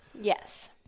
Yes